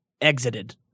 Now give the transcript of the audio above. exited